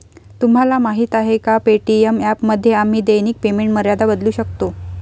तुम्हाला माहीत आहे का पे.टी.एम ॲपमध्ये आम्ही दैनिक पेमेंट मर्यादा बदलू शकतो?